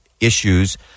issues